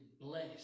bless